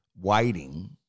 waiting